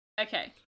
Okay